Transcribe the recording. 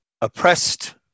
oppressed